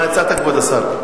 מה הצעת, כבוד השר?